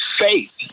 faith